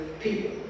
people